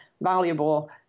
valuable